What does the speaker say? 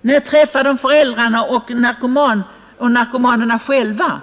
När träffar man föräldrarna till narkomaner och narkomanerna själva?